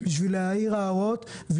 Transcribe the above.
בשביל להעיר הערות,